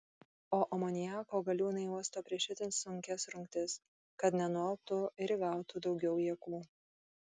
o amoniako galiūnai uosto prieš itin sunkias rungtis kad nenualptų ir įgautų daugiau jėgų